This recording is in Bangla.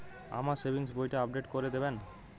আমার সেভিংস বইটা আপডেট করে দেবেন?